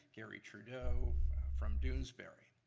garry trudeau from doonesbury.